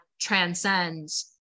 transcends